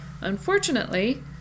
unfortunately